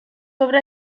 obra